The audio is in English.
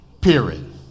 period